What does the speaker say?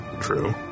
true